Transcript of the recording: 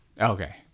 Okay